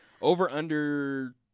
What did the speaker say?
Over-under